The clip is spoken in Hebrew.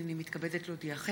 הינני מתכבדת להודיעכם,